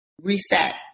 reset